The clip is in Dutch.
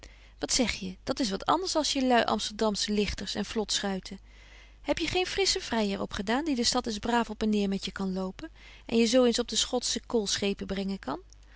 wat zeg je dat is wat anders als je lui amsterdamsche ligters en vlotschuiten heb je geen frisschen vryer opgedaan die de stad eens braaf op en neêr met je kan lopen betje wolff en aagje deken historie van mejuffrouw sara burgerhart en je zo eens op de schotsche koolschepen brengen kan